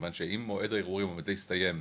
כיוון שאם מועד האירועים עומד להסתיים,